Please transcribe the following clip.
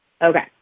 Okay